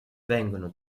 vengono